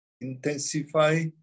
intensify